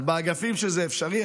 באגפים שבהם זה אפשרי,